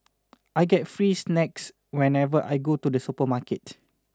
I get free snacks whenever I go to the supermarket